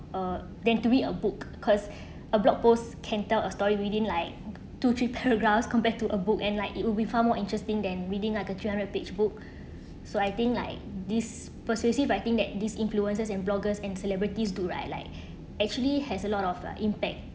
uh than to read a book cause a blog posts can tell a story within like two three paragraphs compared to a book and like it would be far more interesting than reading like a three hundred page book so I think like this persuasive I think that these influences and bloggers and celebrities do right like actually has a lot of uh impact